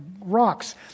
rocks